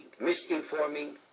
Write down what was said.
misinforming